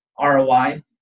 ROI